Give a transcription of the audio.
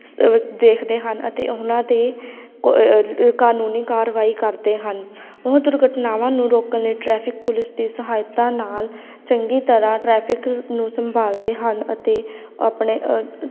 ਦੇਖਦੇ ਹਨ ਅਤੇ ਉਹਨਾਂ 'ਤੇ ਕ ਕਾਨੂੰਨੀ ਕਾਰਵਾਈ ਕਰਦੇ ਹਨ ਉਹ ਦੁਰਘਟਨਾਵਾਂ ਨੂੰ ਰੋਕਣ ਲਈ ਟ੍ਰੈਫਿਕ ਪੁਲਿਸ ਦੀ ਸਹਾਇਤਾ ਨਾਲ ਚੰਗੀ ਤਰ੍ਹਾਂ ਟ੍ਰੈਫਿਕ ਨੂੰ ਸੰਭਾਲਦੇ ਹਨ ਅਤੇ ਆਪਣੇ